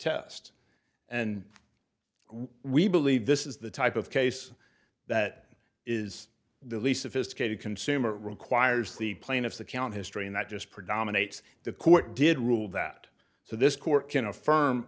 test and we believe this is the type of case that is the least sophisticated consumer requires the plaintiff's account history not just predominates the court did rule that so this court can affirm